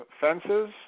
Fences